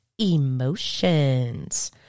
emotions